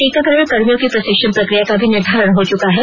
टीकाकरण कर्मियों की प्रशिक्षण प्रक्रिया का भी निर्धारण हो चुका है